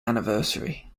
anniversary